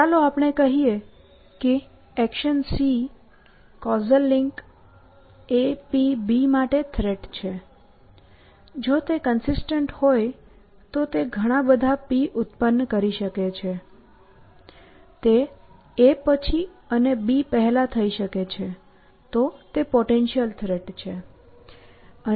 ચાલો આપણે કહીએ કે action c causal link apb માટે થ્રેટ છે જો તે કન્સિસ્ટન્ટ હોય તો તે ઘણાં બધાં p ઉત્પન્ન કરી શકે છે તે a પછી અને b પહેલાં થઈ શકે છે તો તે પોટેન્શિયલ થ્રેટ છે